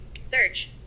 Search